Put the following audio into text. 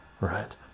right